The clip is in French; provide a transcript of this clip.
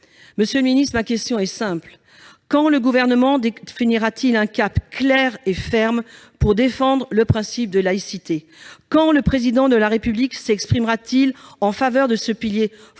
Monsieur le ministre, ma question est simple : quand le Gouvernement définira-t-il un cap clair et ferme pour défendre le principe de laïcité ? Quand le Président de la République s'exprimera-t-il en faveur de ce pilier